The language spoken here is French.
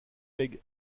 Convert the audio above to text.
paige